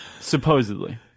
supposedly